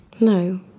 No